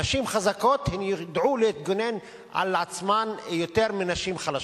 נשים חזקות ידעו להתגונן בעצמן יותר מנשים חלשות.